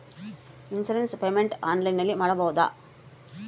Insurance payment ಆನ್ಲೈನಿನಲ್ಲಿ ಮಾಡಬಹುದಾ?